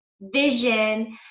vision